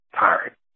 tired